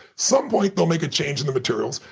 some point, they'll make a change in the materials.